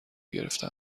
گرفته